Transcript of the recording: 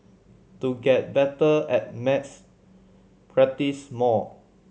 to get better at maths practise more